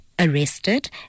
arrested